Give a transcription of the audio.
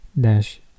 dash